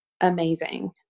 amazing